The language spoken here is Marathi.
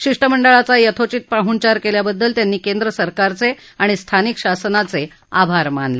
शिष्टमंडळाचा यथोचित पाहुणचार केल्याबद्दल त्यांनी केंद्र सरकारचे तसंच स्थानिक शासनाचे आभार मानले